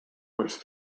was